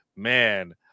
Man